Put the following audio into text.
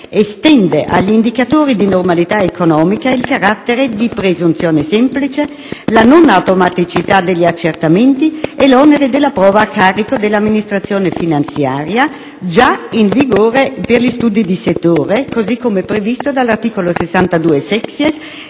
estende agli indicatori di normalità economica il carattere di presunzione semplice, la non automaticità degli accertamenti e l'onere della prova a carico dell'amministrazione finanziaria già in vigore per gli studi di settore, così come previsto dall'articolo 62-*sexies*